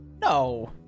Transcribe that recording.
No